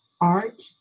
art